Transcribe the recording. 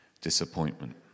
disappointment